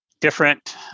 different